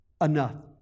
enough